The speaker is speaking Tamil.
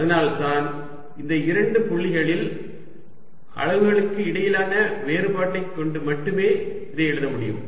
அதனால்தான் இந்த இரண்டு புள்ளிகளில் அளவுகளுக்கு இடையிலான வேறுபாட்டை கொண்டு மட்டுமே இதை எழுத முடியும்